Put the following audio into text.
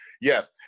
Yes